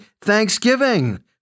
Thanksgiving